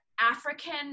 African